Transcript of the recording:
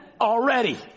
already